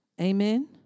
Amen